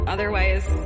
Otherwise